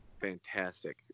fantastic